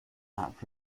app